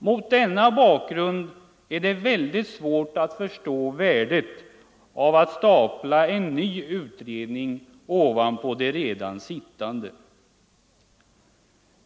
Mot denna bakgrund är det svårt att förstå värdet av att stapla en ny utredning ovanpå de redan sittande utredningarna.